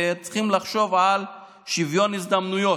וצריכים לחשוב על שוויון הזדמנויות.